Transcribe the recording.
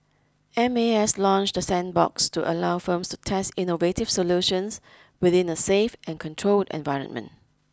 M A S launched the sandbox to allow firms to test innovative solutions within a safe and controlled environment